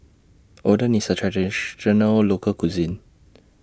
Oden IS A Traditional Local Cuisine